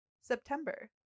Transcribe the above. September